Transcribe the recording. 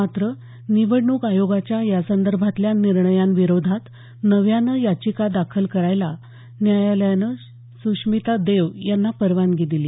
मात्र निवडणूक आयोगाच्या यासंदर्भातल्या निर्णयांविरोधात नव्यानं याचिका दाखल करायला न्यायालयानं सुश्मिता देव यांना परवानगी दिली